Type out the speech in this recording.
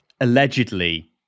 allegedly